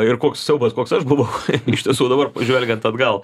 ir koks siaubas koks aš buvau iš tiesų dabar žvelgiant atgal